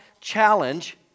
challenge